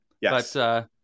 Yes